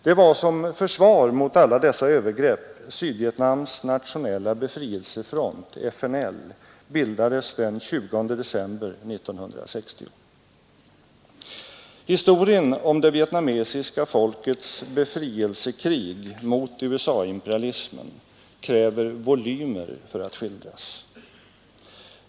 Det var som försvar mot alla dessa övergrepp Sydvietnams nationella befrielsefront — FNL — bildades den 20 december 1960. Historien om det vietnamesiska folkets befrielsekrig mot USA-imperialismen kräver volymer för att skildras.